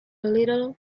little